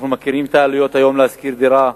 אנחנו מכירים את העלויות של שכירת דירה היום,